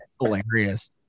Hilarious